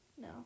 No